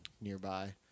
nearby